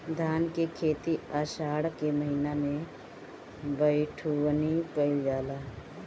धान के खेती आषाढ़ के महीना में बइठुअनी कइल जाला?